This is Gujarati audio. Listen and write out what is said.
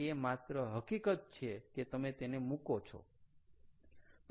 એ માત્ર એ હકીકત છે કે તમે તેને મૂકો છો